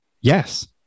Yes